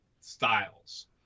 styles